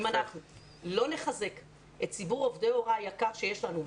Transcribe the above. אם אנחנו לא נחזק את ציבור עובדי ההוראה היקר שיש לנו,